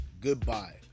Goodbye